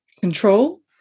control